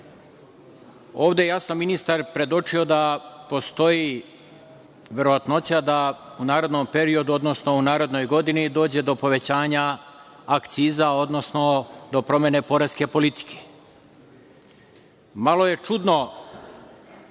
Ovde jasno ministar predočio da postoji verovatnoća da u narednom periodu, odnosno narednoj godini dođe do povećanja akciza, odnosno do promene poreske politike. Malo je čudno